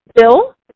bill